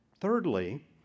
Thirdly